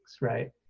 right